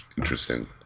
interesting